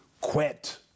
quit